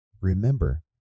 Remember